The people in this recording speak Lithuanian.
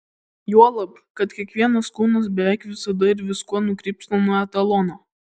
juolab kad kiekvienas kūnas beveik visada ir viskuo nukrypsta nuo etalono